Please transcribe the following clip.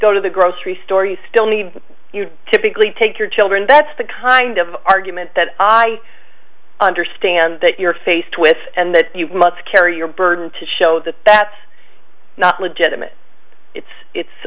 go to the grocery store you still need you typically take your children that's the kind of argument that i understand that you're faced with and that you must carry your burden to show that that's not legitimate if it's